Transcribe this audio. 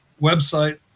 website